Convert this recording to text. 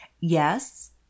Yes